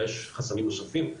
יש חסמים נוספים,